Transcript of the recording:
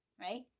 Right